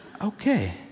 okay